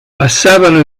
passavano